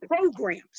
programs